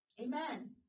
Amen